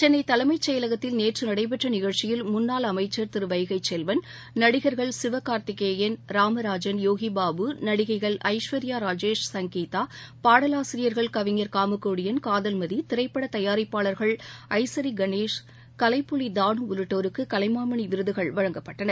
சென்னை தலைமைச் செயலகத்தில் நேற்று நடைபெற்ற நிகழ்ச்சியில் முன்னாள் அமைச்சர் திரு வைகைச் செல்வன் நடிகர்கள் சிவகார்த்திகேயன் ராமராஜன் யோகி பாபு நடிகைகள் ஐஸ்வர்யா ராஜேஷ் சங்கீதா பாடலாசிரியர்கள் கவிஞர் காமகோடியன் காதல் மதி திரைப்படத் தயாரிப்பாளர்கள் ஐசரி கணேஷ் கலைப்புலி தாணு உள்ளிட்டோருக்கு கலைமாமணி விருதுகள் வழங்கப்பட்டன